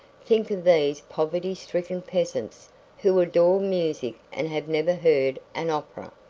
think of these poverty-stricken peasants who adore music and have never heard an opera.